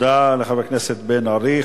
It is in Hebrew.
תודה לחבר הכנסת בן-ארי.